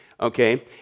okay